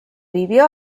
vivió